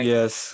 Yes